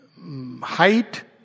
height